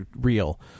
Real